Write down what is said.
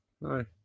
No